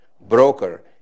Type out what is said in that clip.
broker